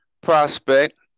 prospect